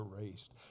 erased